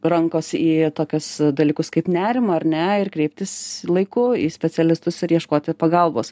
rankos į tokios dalykus kaip nerimą ar ne ir kreiptis laiku į specialistus ir ieškoti pagalbos